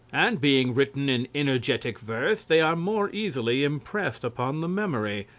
and being written in energetic verse they are more easily impressed upon the memory.